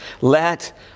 let